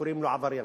קוראים לו עבריין,